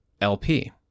LP